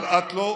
היא מנותקת.